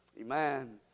amen